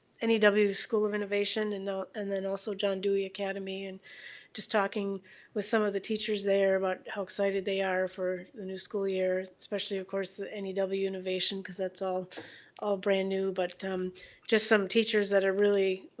n e w. school of innovation and and then also, john dewey academy and just talking with some of the teachers there about how excited they are for the new school year. especially of course the n e w. innovation, cause that's all brand new. but um just some teachers that are really,